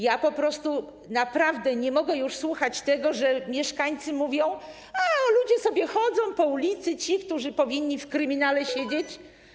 Ja po prostu naprawdę nie mogę już słuchać tego, że mieszkańcy mówią: a, ludzie sobie chodzą po ulicy, ci, którzy powinni w kryminale siedzieć.